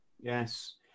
Yes